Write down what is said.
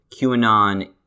QAnon